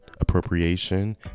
appropriation